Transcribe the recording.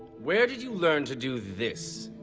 where did you learn to do this?